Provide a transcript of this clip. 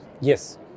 Yes